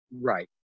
Right